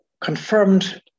confirmed